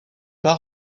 pas